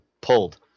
pulled